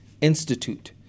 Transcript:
institute